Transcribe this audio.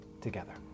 together